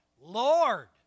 Lord